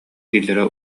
дииллэрэ